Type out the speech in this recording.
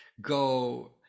go